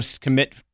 commit